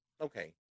Okay